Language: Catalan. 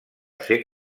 ser